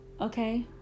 Okay